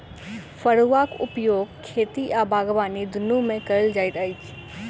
फड़ुआक उपयोग खेती आ बागबानी दुनू मे कयल जाइत अछि